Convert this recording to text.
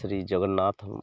Shri Jagannath